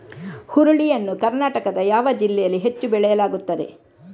ಹುರುಳಿ ಯನ್ನು ಕರ್ನಾಟಕದ ಯಾವ ಜಿಲ್ಲೆಯಲ್ಲಿ ಹೆಚ್ಚು ಬೆಳೆಯಲಾಗುತ್ತದೆ?